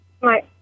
Right